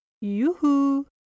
Yoo-hoo